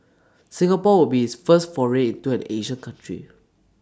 Singapore would be its first foray into an Asian country